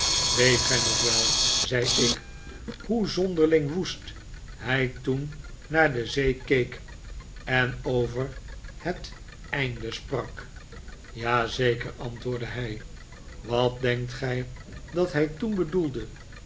weet gij nog wel zei ik hoe zonderling woest hij toen naar de zee keek en over het einde sprak ja zeker antwoordde hij wat denkt gij dat hij toen bedoelde